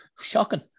Shocking